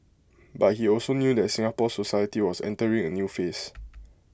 but he also knew that Singapore society was entering A new phase